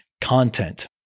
content